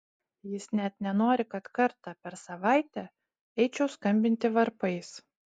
jis net nenori kad kartą per savaitę eičiau skambinti varpais